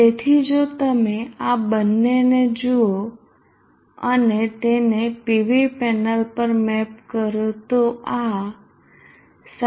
તેથી જો તમે આ બંનેને જુઓ અને તેને PV પેનલ પર મેપ કરો તો આ 7